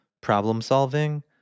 problem-solving